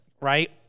right